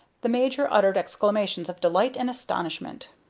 the major uttered exclamations of delight and astonishment.